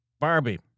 Barbie